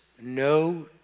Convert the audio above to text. no